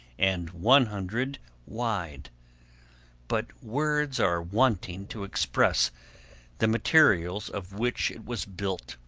and one hundred wide but words are wanting to express the materials of which it was built.